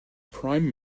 prime